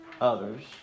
others